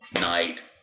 night